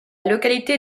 localité